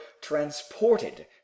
transported